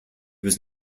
was